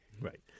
Right